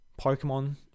Pokemon